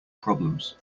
problems